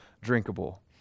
drinkable